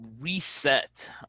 reset